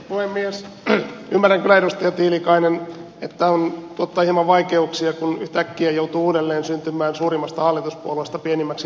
ymmärrän kyllä edustaja tiilikainen että tuottaa hieman vaikeuksia kun yhtäkkiä joutuu uudelleen syntymään suurimmasta hallituspuolueesta pienimmäksi oppositiopuolueeksi